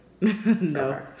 No